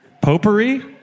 potpourri